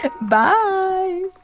Bye